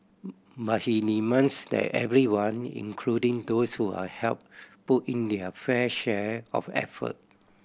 but he demands that everyone including those who are helped put in their fair share of effort